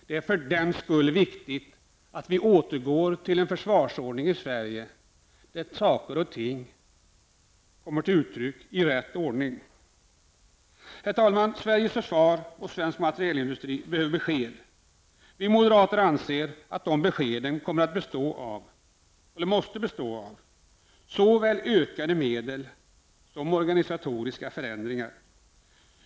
Det är därför viktigt att vi återgår till en ordning i försvarsfrågor där saker och ting kommer till uttryck i rätt ordning. Herr talman! Sveriges försvar och svensk materielindustri behöver besked. Vi moderater anser att beskeden måste bestå av såväl ökade medel som organisatoriska förändringar.